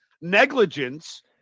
negligence